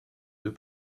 deux